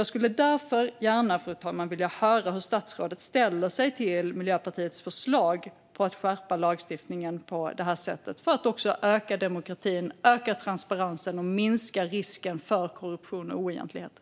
Jag skulle därför gärna vilja höra hur statsrådet ställer sig till Miljöpartiets förslag om att skärpa lagstiftningen på det här sättet. Det handlar om att öka demokratin, öka transparensen och minska risken för korruption och oegentligheter.